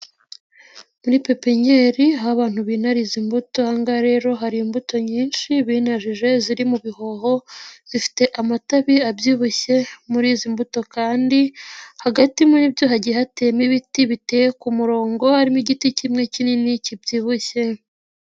Muri pepenyeri aho abantu binariza imbuto aha ngaha rero hari imbuto nyinshi binanjije ziri mu bihoho, zifite amatabi abyibushye muri izi mbuto kandi, hagati muribyo hagiye hateyemo ibiti biteye ku murongo harimo igiti kimwe kinini kibyibushye.